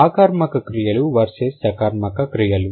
ఆకర్మక క్రియలు వర్సెస్ సకర్మక క్రియలు